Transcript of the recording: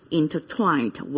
intertwined